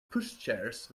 pushchairs